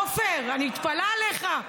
עפר, אני מתפלאת עליך.